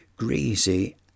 Greasy